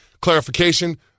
clarification